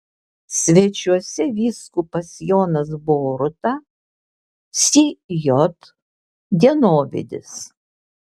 svečiuose vyskupas jonas boruta sj dienovidis